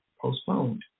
postponed